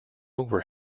were